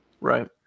Right